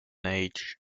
age